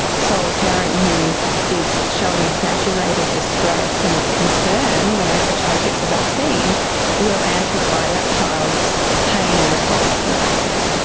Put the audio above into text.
so a parent who is showing exaggerated distress and concern when ah a child gets a vaccine will amplify that child's pain in response to the vaccine,